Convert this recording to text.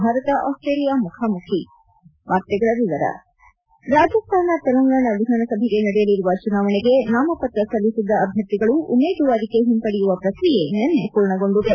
ಶ ಆಸ್ಟ್ರೇಲಿಯಾ ವಿರುದ್ದ ಭಾರತದ ಮುಖಾಮುಖಿ ರಾಜಸ್ಥಾನ ತೆಲಂಗಾಣ ವಿಧಾನಸಭೆಗೆ ನಡೆಯಲಿರುವ ಚುನಾವಣೆಗೆ ನಾಮಪತ್ರ ಸಲ್ಲಿಸಿದ್ದ ಅಭ್ಯರ್ಥಿಗಳು ಉಮೇದುವಾರಿಕೆ ಹಿಂಪಡೆಯುವ ಪ್ರಕ್ರಿಯೆ ನಿನ್ನೆ ಪೂರ್ಣಗೊಂಡಿದೆ